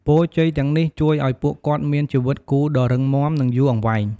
ពរជ័យទាំងនេះជួយឲ្យពួកគាត់មានជីវិតគូដ៏រឹងមាំ និងយូរអង្វែង។